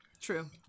True